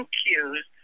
cues